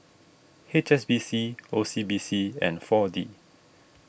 H S B C O C B C and four D